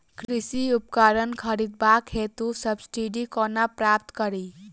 कृषि उपकरण खरीदबाक हेतु सब्सिडी कोना प्राप्त कड़ी?